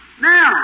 Now